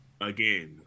Again